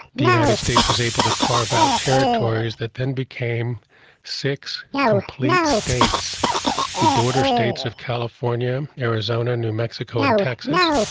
the united states was able to carve out territories that then became six complete states the border states of california, arizona, new mexico at and texas,